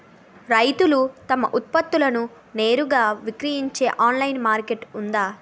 రైతులు తమ ఉత్పత్తులను నేరుగా విక్రయించే ఆన్లైన్ మార్కెట్ ఉందా?